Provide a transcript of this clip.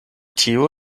tio